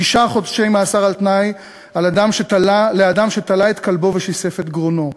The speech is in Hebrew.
שישה חודשי מאסר על תנאי לאדם שתלה את כלבו ושיסף את גרונו,